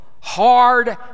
Hard